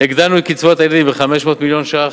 הגדלנו את קצבאות הילדים ב-500 מיליון שקלים.